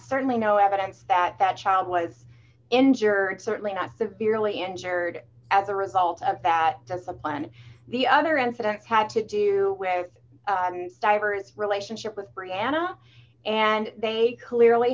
certainly no evidence that that child was injured certainly not the merely injured as a result of that that's the on the other incident had to do with divers relationship with brianna and they clearly